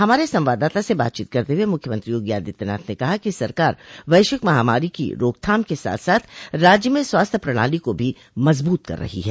हमारे संवाददाता से बातचीत करते हुए मुख्यमंत्री योगी आदित्यनाथ ने कहा कि सरकार वैश्विक महामारी की रोकथाम के साथ साथ राज्य में स्वास्थ्य प्रणाली को भी मजबूत कर रही है